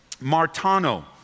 martano